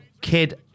Kid